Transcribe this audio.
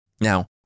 Now